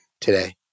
today